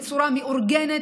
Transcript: בצורה מאורגנת,